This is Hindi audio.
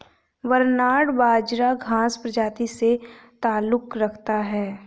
बरनार्ड बाजरा घांस प्रजाति से ताल्लुक रखता है